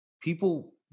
People